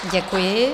Děkuji.